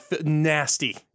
nasty